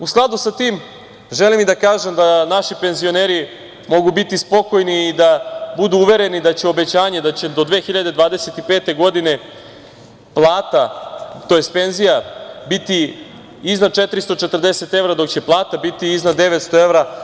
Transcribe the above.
U skladu sa tim, želim da kažem da naši penzioneri mogu biti spokojni i da budu uvereni da će obećanje da do 2025. godine penzija biti iznad 440 evra, dok će plata biti iznad 900 evra.